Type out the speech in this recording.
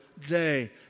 day